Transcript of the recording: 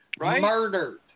murdered